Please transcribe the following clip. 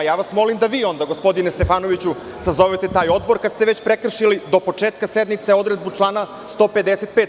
Molim vas da vi onda, gospodine Stefanoviću sazovete taj odbor kad ste već prekršili do početka sednice odredbu člana 155.